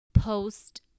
post